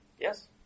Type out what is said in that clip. Yes